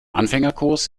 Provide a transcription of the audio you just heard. anfängerkurs